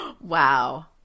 Wow